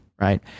right